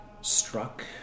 struck